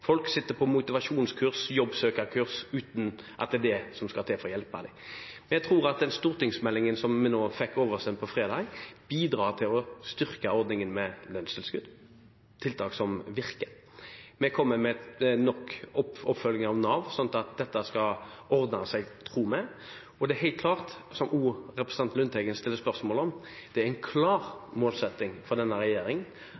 Folk sitter på motivasjonskurs og jobbsøkerkurs uten at det er det som skal til for å hjelpe dem. Den stortingsmeldingen som vi fikk oversendt på fredag, bidrar til å styrke ordningen med lønnstilskudd, tiltak som virker, og vi kommer med oppfølging av Nav, slik at dette skal ordne seg, tror vi. Det er helt klart, som også representanten Lundteigen stiller spørsmål om, at det er en